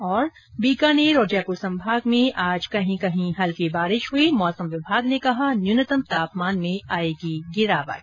ं बीकानेर और जयपुर संभाग में आज कहीं कहीं हल्की बारिश मौसम विभाग ने कहा न्यूनतम तापमान में आयेगी गिरावट